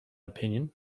opinion